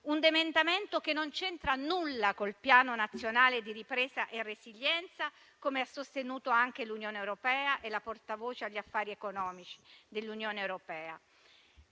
un emendamento che non c'entra nulla con il Piano nazionale di ripresa e resilienza, come hanno sostenuto anche l'Unione europea e la portavoce agli affari economici dell'Unione europea.